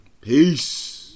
Peace